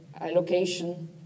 allocation